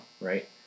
right